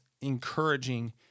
encouraging